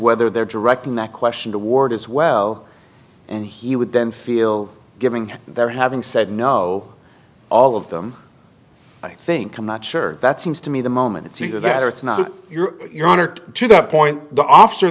whether they're directing that question toward as well and he would then feel giving there having said no all of them i think i'm not sure that seems to me the moment it's either that or it's not your your honor to that point the officer